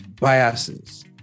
biases